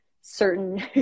certain